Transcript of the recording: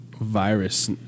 virus